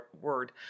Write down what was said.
word